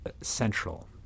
central